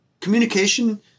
communication